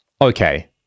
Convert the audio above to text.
okay